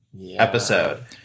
episode